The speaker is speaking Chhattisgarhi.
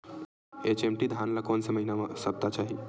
एच.एम.टी धान ल कोन से महिना म सप्ता चाही?